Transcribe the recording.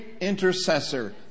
intercessor